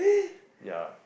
yeah